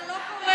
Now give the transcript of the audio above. אתה לא פורש.